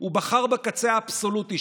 הוא בחר בקצה האבסולוטי,